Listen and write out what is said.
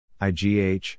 Igh